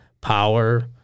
power